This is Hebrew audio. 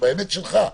באמת שלך,